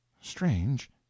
strange